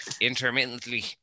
intermittently